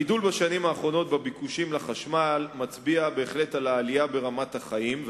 הגידול בשנים האחרונות בביקושים לחשמל מצביע בהחלט על עלייה ברמת החיים,